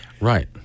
right